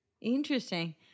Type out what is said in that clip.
Interesting